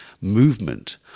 movement